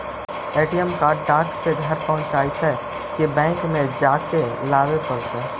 ATM card डाक से घरे पहुँच जईतै कि बैंक में जाके लाबे पड़तै?